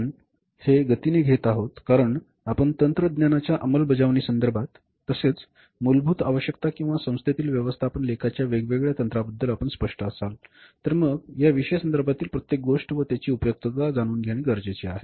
आपण हे गतीने घेत आहोत कारण आपण तंत्रज्ञानाच्या अंमलबजावणी संदर्भात तसेच मूलभूत आवश्यकता किंवा संस्थेतील व्यवस्थापन लेखाच्या वेगवेगळ्या तंत्राबद्दल आपण स्पष्ट असाल तर मग या विषय संदर्भातील प्रत्येक गोष्ट व त्याची उपयुक्तता जाणून घेणे गरजेचे आहे